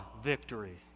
victory